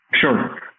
Sure